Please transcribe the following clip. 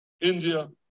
India